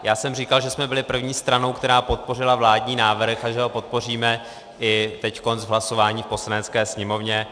Já jsem říkal, že jsme byli první stranou, která podpořila vládní návrh, a že ho podpoříme i teď v hlasování v Poslanecké sněmovně.